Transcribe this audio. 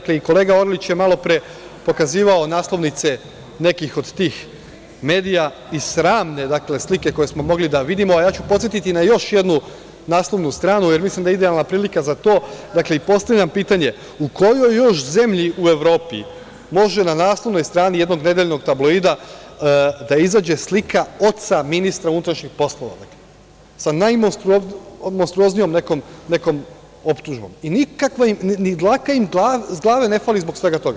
Kolega Orlić je malopre pokazivao naslovnice nekih od tih medija i sramne slike koje smo mogli da vidimo, a ja ću podsetiti na još jednu naslovnu stranu, jer mislim da je idealna prilika za to, i postavljam pitanje – u kojoj još zemlji u Evropi može na naslovnoj strani jednog nedeljnog tabloida da izađe slika oca ministra unutrašnjih poslova, sa najmonstruoznijom nekom optužbom i ni dlaka im sa glave na fali zbog svega toga?